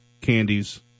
candies